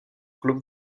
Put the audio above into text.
club